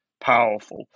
powerful